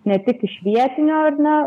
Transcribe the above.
ne tik iš vietinio ar ne